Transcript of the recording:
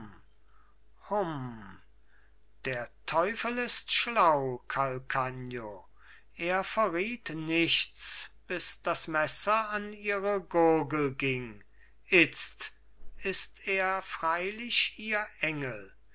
der teufel ist schlau calcagno er verriet nichts bis das messer an ihre gurgel ging itzt ist er freilich ihr engel